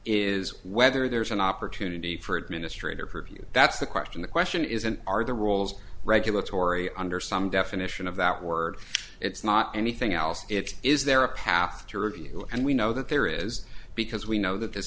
is whether there's an opportunity for administrator for you that's the question the question isn't are the rules regulatory under some definition of that word it's not anything else it's is there a path to review and we know that there is because we know that this